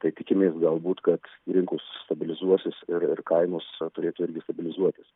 tai tikimės galbūt kad rinkos stabilizuosis ir ir kainos turėtų irgi stabilizuotis